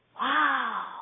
Wow